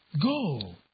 Go